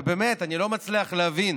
ובאמת, אני לא מצליח להבין